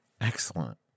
Excellent